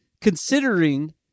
considering